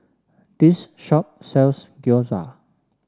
this shop sells Gyoza